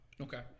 Okay